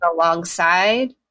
alongside